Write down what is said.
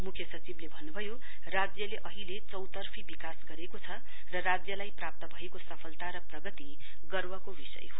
मुख्य सचिवले भन्नुभयो राज्यले अहिले चौतर्फी विकास गरेको छ र राज्यलाई प्राप्त भएको सफलता र प्रगति गर्वको विषय हो